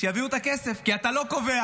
תביא את הכסף, כי אתה לא קובע.